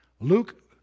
Luke